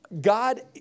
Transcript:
God